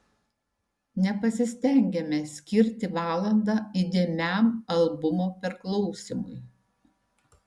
nepasistengiame skirti valandą įdėmiam albumo perklausymui